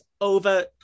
over